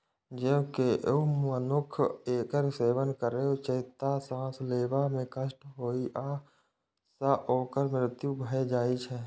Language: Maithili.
जौं केओ मनुक्ख एकर सेवन करै छै, तं सांस लेबा मे कष्ट होइ सं ओकर मृत्यु भए जाइ छै